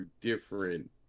different